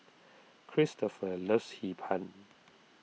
Cristofer loves Hee Pan